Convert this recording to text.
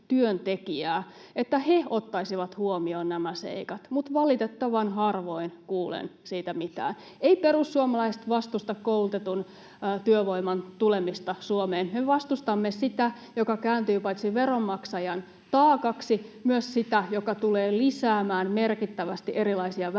että he ottaisivat huomioon nämä seikat, mutta valitettavan harvoin kuulen siitä mitään. Eivät perussuomalaiset vastusta koulutetun työvoiman tulemista Suomeen. Me vastustamme paitsi sitä, joka kääntyy veronmaksajan taakaksi, myös sitä, joka tulee lisäämään merkittävästi erilaisia väärinkäytöksiä